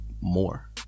more